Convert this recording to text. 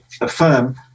affirm